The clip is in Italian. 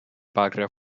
patria